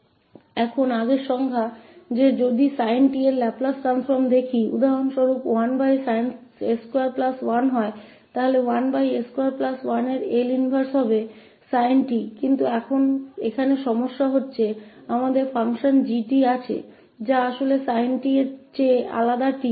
अब पहले की परिभाषा रखते हुए जो हमने दिया है कि यदि sin 𝑡 का लाप्लास रूपांतर है उदाहरण के लिए 1s21 है तो 1s21 इसका L इनवर्स sin 𝑡 होगा लेकिन अब यहाँ समस्या यह है कि हमारे पास g𝑡 फ़ंक्शन है जो वास्तव में sin 𝑡 से अलग है